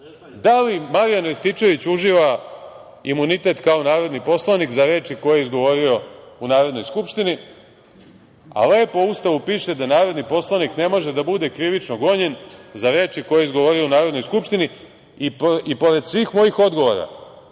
da li Marijan Rističević uživa imunitet kao narodni poslanik za reči koje je izgovorio u Narodnoj skupštini, a lepo u Ustavu piše da narodni poslanik ne može da bude krivično gonjen za reči koje je izgovorio u Narodnoj skupštini. I pored svih mojih odgovora,